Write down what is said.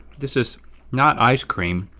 this is not ice cream.